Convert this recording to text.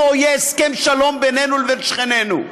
או יהיה הסכם שלום בינינו לבין שכנינו.